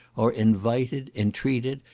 are invited, intreated,